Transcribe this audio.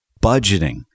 Budgeting